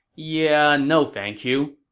yeah, no thank you.